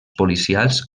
policials